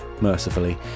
mercifully